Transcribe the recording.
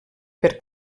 per